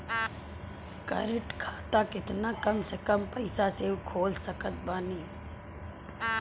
Current खाता केतना कम से कम पईसा से खोल सकत बानी?